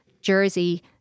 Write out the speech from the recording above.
jersey